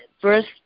first